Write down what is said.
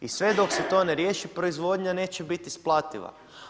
I sve dok se to ne riješi proizvodnja neće biti isplativa.